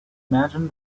imagine